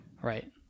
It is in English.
right